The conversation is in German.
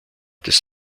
des